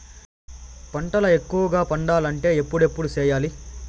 పంటల ఎక్కువగా పండాలంటే ఎప్పుడెప్పుడు సేయాలి?